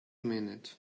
minute